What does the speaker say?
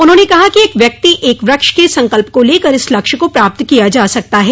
उन्होंने कहा कि एक व्यक्ति एक वृक्ष के संकल्प को लेकर इस लक्ष्य को प्राप्त किया जा सकता है